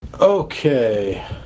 Okay